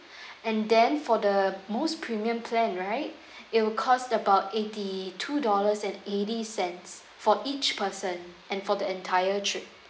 and then for the most premium plan right it will cost about eighty-two dollars and eighty cents for each person and for the entire trip